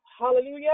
Hallelujah